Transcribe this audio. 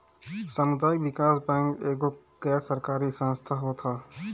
सामुदायिक विकास बैंक एगो गैर सरकारी संस्था होत हअ